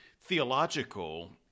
theological